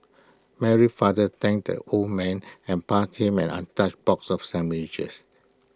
Mary father thanked that old man and passed him an untouched box of sandwiches